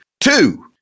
Two